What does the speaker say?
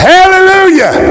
Hallelujah